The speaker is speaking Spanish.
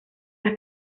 las